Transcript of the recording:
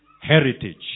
heritage